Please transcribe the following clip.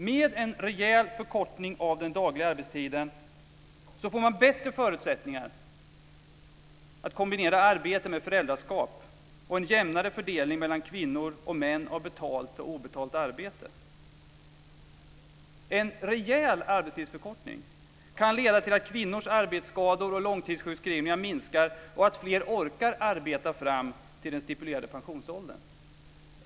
Med en rejäl förkortning av den dagliga arbetstiden får man bättre förutsättningar att kombinera arbete med föräldraskap och en jämnare fördelning mellan kvinnor och män av betalt och obetalt arbete. En rejäl arbetstidsförkortning kan leda till att kvinnors arbetsskador och långtidssjukskrivningar minskar och att fler orkar arbeta fram till den stipulerade pensionsåldern.